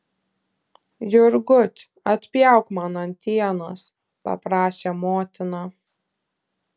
jurgut atpjauk man antienos paprašė motina